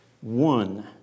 one